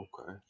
Okay